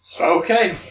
Okay